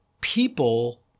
people